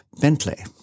Bentley